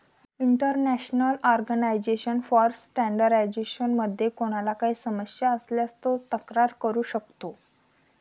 international organisation for standardisation मध्ये कोणाला काही समस्या असल्यास तो तक्रार करू शकतो